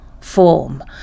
form